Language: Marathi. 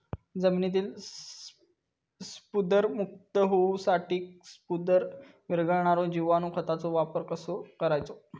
जमिनीतील स्फुदरमुक्त होऊसाठीक स्फुदर वीरघळनारो जिवाणू खताचो वापर कसो करायचो?